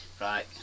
right